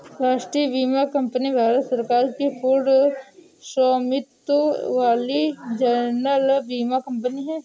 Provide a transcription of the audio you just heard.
राष्ट्रीय बीमा कंपनी भारत सरकार की पूर्ण स्वामित्व वाली जनरल बीमा कंपनी है